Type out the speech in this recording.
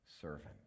servant